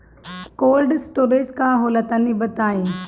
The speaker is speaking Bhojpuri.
कोल्ड स्टोरेज का होला तनि बताई?